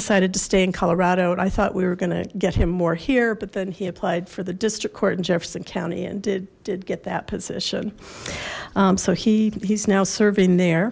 decided to stay in colorado and i thought we were going to get him more here but then he applied for the district court in jefferson county and did did get that position so he he's now serving there